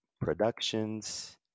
Productions